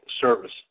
service